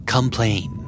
Complain